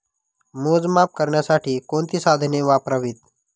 मोजमाप करण्यासाठी कोणती साधने वापरावीत?